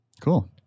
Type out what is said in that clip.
Cool